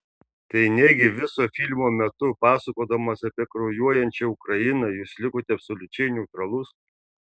tai negi viso filmo metu pasakodamas apie kraujuojančią ukrainą jūs likote absoliučiai neutralus